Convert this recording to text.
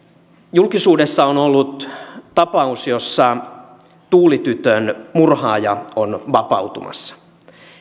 julkisuudessa on ollut tapaus jossa tuuli tytön murhaaja on vapautumassa